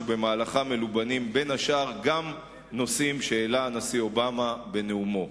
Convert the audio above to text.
ובמהלך מלובנים בין השאר גם נושאים שהעלה הנשיא אובמה בנאומו.